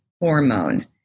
hormone